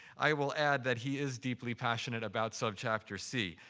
i will add that he is deeply passionate about subchapter c.